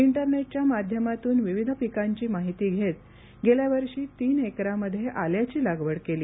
इंटरनेटच्या माध्यमातून विविध पिकांची माहिती घेत गेल्यावर्षी तीन एकरामध्ये आल्याची लागवड केली